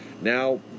Now